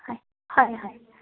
হয় হয় হয়